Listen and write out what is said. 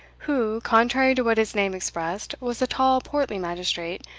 who, contrary to what his name expressed, was a tall portly magistrate,